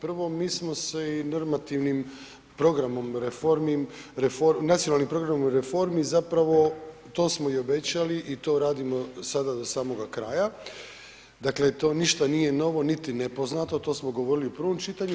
Prvo, mi smo se i normativnim programom reformi, nacionalnim programom reformi zapravo to smo i obećali i to radimo sada do samoga kraja, dakle to ništa nije novo niti nepoznato to smo govorili u prvom čitanju.